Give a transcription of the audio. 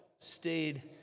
stayed